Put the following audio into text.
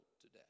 today